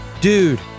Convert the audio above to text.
Dude